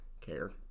care